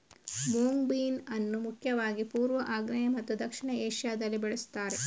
moong bean ಅನ್ನು ಮುಖ್ಯವಾಗಿ ಪೂರ್ವ, ಆಗ್ನೇಯ ಮತ್ತು ದಕ್ಷಿಣ ಏಷ್ಯಾದಲ್ಲಿ ಬೆಳೆಸ್ತಾರೆ